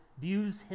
views